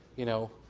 you know,